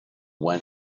went